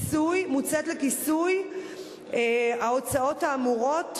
מוצאת לכיסוי ההוצאות האמורות,